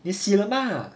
你洗了吗